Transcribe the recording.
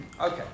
Okay